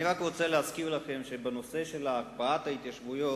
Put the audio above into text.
אני רק רוצה להזכיר לכם שבנושא של הקפאת ההתיישבויות,